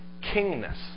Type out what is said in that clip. kingness